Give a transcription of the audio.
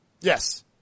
Yes